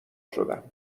شدم